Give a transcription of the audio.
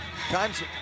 times